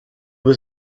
was